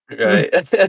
Right